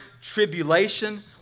tribulation